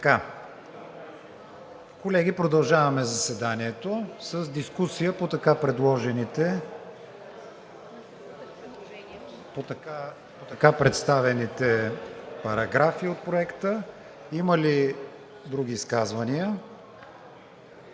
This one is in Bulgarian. Колеги, продължаваме заседанието с дискусия по така представените параграфи от Проекта. Има ли други изказвания?